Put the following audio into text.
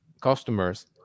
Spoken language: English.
customers